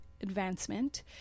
advancement